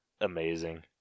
amazing